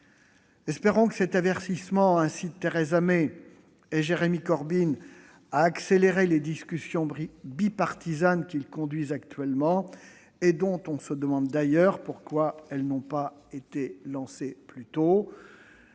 Espérons que cet avertissement incite Theresa May et Jeremy Corbyn à accélérer les discussions bipartisanes qu'ils conduisent actuellement et dont on se demande d'ailleurs pourquoi elles n'ont pas été lancées plus tôt.